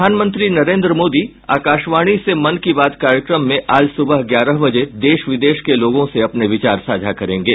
प्रधानमंत्री नरेन्द्र मोदी आकाशवाणी से मन की बात कार्यक्रम में आज सुबह ग्यारह बजे देश विदेश के लोगों से अपने विचार साझा करेंगे